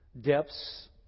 depths